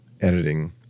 editing